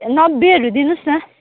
नब्बेहरू दिनुहोस् न